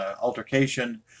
altercation